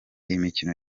imikino